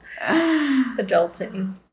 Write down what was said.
Adulting